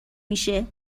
میشه